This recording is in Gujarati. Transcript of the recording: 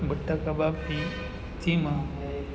બટાકા બાફી તેમાં